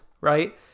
right